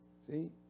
See